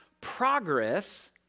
progress